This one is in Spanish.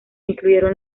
incluyen